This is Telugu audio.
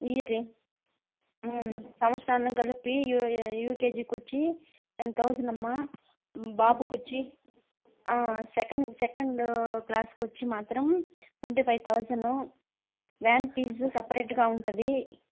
ఇయర్ సంవత్సరాలు కలిపి యూ యూకేజీకి వచ్చి టెన్ థౌజండ్ అమ్మా బాబుకొచ్చి సెకెండ్ సెకెండ్ క్లాస్కి వచ్చి మాత్రం twenty five thousand van fees సపరేట్గా ఉంటుంది